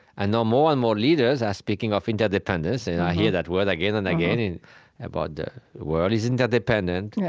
i know more and more leaders are speaking of interdependence, and i hear that word again and again about the world is interdependent.